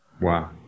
wow